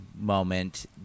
moment